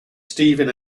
stephen